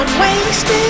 Wasted